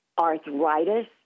arthritis